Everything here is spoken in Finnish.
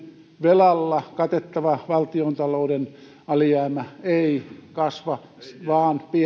velalla katettava valtiontalouden alijäämä ei kasva vaan